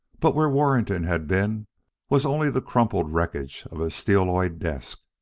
but where warrington had been was only the crumpled wreckage of a steeloid desk,